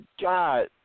God